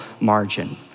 margin